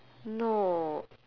no